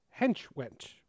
Henchwench